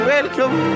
Welcome